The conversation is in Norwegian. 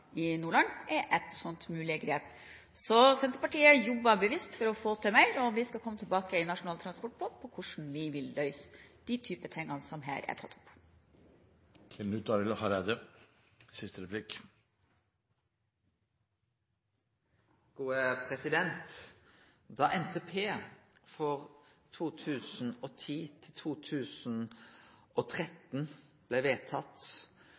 i Nordland, er ett mulig grep. Så Senterpartiet jobber bevisst for å få til mer. Vi skal i Nasjonal transportplan komme tilbake til hvordan vi vil løse de typer ting som her er tatt opp. Da NTP for 2010–2013 blei vedtatt